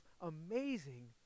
amazing